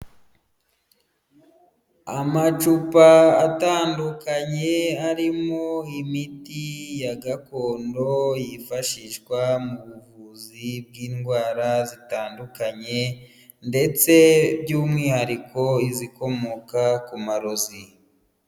Amacupa atandukanye arimo imiti ya gakondo yifashishwa mu buvuzi bw'indwara zitandukanye ndetse by'umwihariko izikomoka ku marozi.